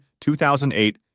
2008